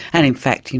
and in fact, you